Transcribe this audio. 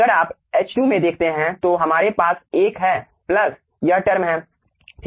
अगर आप H2 में देखते हैं तो हमारे पास 1 हैं प्लस यह टर्म हैं ठीक हैं